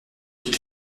qu’il